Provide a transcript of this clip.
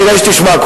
כדאי שתשמע,